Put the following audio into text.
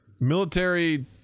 military